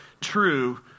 true